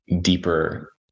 deeper